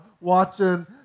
watching